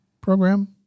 program